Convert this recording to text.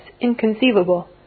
inconceivable